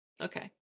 Okay